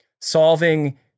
solving